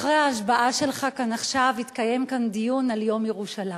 אחרי ההשבעה שלך כאן עכשיו יתקיים דיון על יום ירושלים.